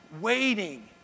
waiting